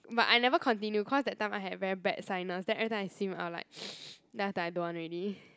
but I never continue cause that time I had very bad sinus then every time I swim I will like then after I don't want already